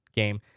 game